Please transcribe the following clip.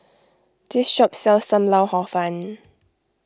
this shop sells Sam Lau Hor Fun